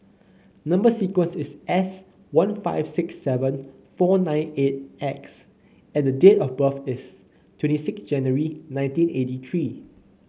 number sequence is S one five six seven four nine eight X and date of birth is twenty six January nineteen eighty three